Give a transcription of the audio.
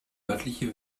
örtliche